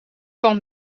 van